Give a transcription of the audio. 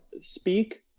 speak